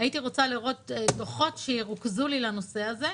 הייתי רוצה לראות דוחות שירוכזו לנושא הזה.